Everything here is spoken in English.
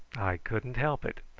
i couldn't help it.